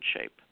shape